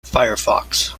firefox